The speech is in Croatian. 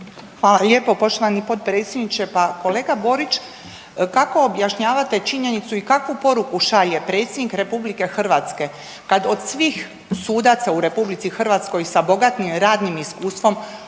Hvala lijepo poštovani potpredsjedniče. Pa kolega Borić kako objašnjavate činjenicu i kakvu poruku šalje Predsjednik Republike Hrvatske kada od svih sudaca u Republici Hrvatskoj sa bogatim radnim iskustvom